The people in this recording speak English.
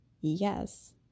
yes